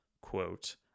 quote